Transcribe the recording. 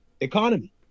economy